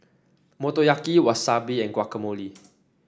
Motoyaki Wasabi and Guacamole